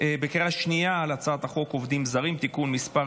בקריאה שנייה על הצעת חוק עובדים זרים (תיקון מס'